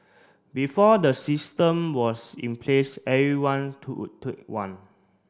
before the system was in place everyone to took one